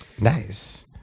Nice